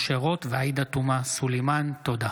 משה רוט ועאידה תומא סלימאן בנושא: